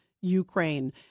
Ukraine